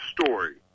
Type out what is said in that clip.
story